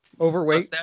overweight